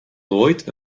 nooit